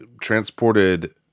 transported